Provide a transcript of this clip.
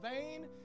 vain